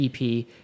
EP